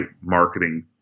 marketing